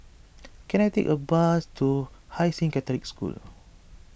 can I take a bus to Hai Sing Catholic School